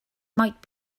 might